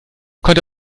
konnte